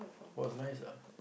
was nice ah